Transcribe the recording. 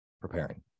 preparing